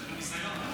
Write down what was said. הרי יש לכם ניסיון.